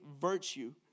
virtue